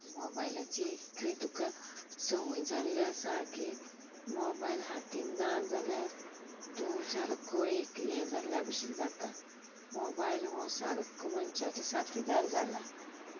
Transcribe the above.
मोबायलाची इतली तुका संवय जाल्ली आसा की मोबायल हातीन ना जाल्यार तूं सारको एक हें जाल्ल्या भशेन जाता मोबायल हो सारको मनशाचो साथिदार जाला